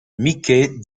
mickey